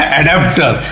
adapter